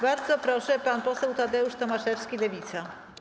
Bardzo proszę, pan poseł Tadeusz Tomaszewski, Lewica.